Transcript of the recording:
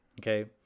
okay